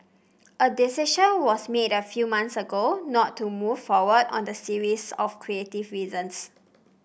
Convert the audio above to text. a decision was made a few months ago not to move forward on the series of creative reasons